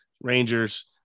rangers